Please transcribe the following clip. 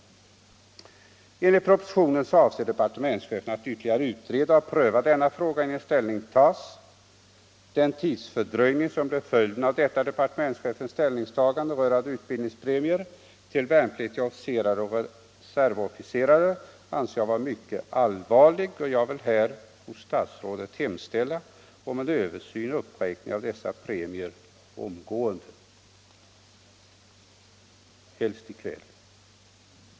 Torsdagen den Enligt propositionen avser departementschefen att ytterligare utreda 22 maj 1975 och pröva denna fråga innan ställning tas. Den tidsfördröjning som blir = följden av detta departementchefens ställningstagande rörande utbild — Nyttförmånssystem ningspremier till värnpliktiga officerare och reservofficerare anser jag vara — för värnpliktiga mycket allvarlig. Jag vill hos statsrådet hemställa om en översyn och — m.fl. uppräkning av dessa premier omgående, helst besked redan i kväll.